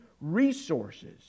resources